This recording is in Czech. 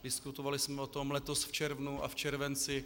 Diskutovali jsme o tom letos v červnu a v červenci.